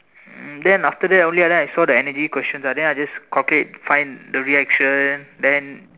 then after that only right I saw the energy questions then I just okay find the reaction then